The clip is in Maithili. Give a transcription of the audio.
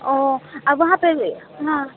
ओ आ वहाँपे हँ